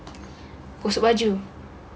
gosok baju